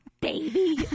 baby